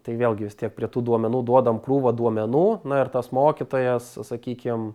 tai vėlgi vis tiek prie tų duomenų duodam krūvą duomenų na ir tas mokytojas sakykim